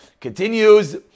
Continues